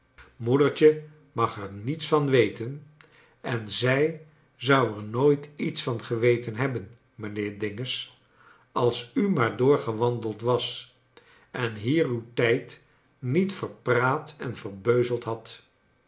moedertje mag er niets van weten en zij zou er nooit iets van geweten hebben mijnheer dinges als u maar doorgewandeld was en hier uw tijd niet verpraat en verbeuzeld hadt